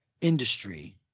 industry